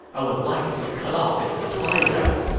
i would like to cut off his supply route.